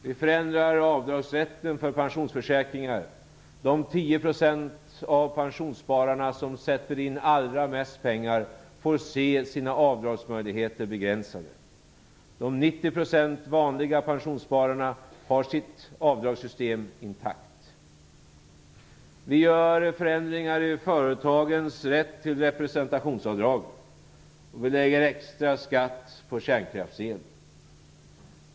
Vi förändrar avdragsrätten för pensionsförsäkringar. De 10 % av pensionsspararna som sätter in allra mest pengar får se sina avdragsmöjligheter begränsade. De 90 % vanliga pensionsspararna har sitt avdragssystem intakt. Vi gör förändringar i företagens rätt till representationsavdrag. Vi lägger extra skatt på kärnkraftsel.